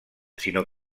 sinó